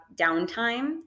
downtime